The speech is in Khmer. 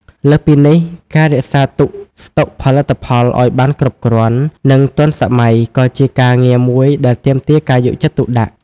លើសពីនេះ ការរក្សាទុកស្តុកផលិតផលឱ្យបានគ្រប់គ្រាន់ និងទាន់សម័យក៏ជាការងារមួយដែលទាមទារការយកចិត្តទុកដាក់។